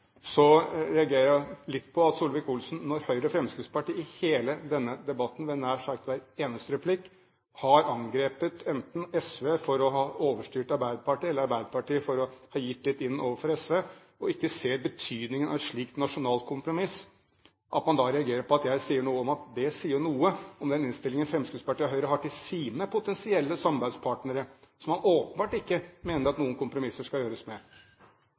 Så reagerer jeg litt på at Solvik-Olsen, når Høyre og Fremskrittspartiet i hele denne debatten ved nær sagt hver eneste replikk har angrepet enten SV for å ha overstyrt Arbeiderpartiet eller Arbeiderpartiet for å ha gitt litt inn overfor SV og ikke ser betydningen av et slikt nasjonalt kompromiss, reagerer på at jeg sier noe om at det sier noe om den innstillingen Fremskrittspartiet og Høyre har til sine potensielle samarbeidspartnere, som man åpenbart mener at det ikke skal gjøres noen kompromisser med.